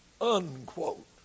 Unquote